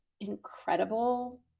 incredible